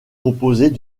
composée